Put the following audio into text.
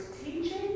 teaching